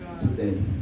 today